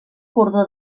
cordó